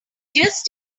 just